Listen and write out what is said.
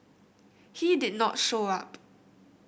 he did not show up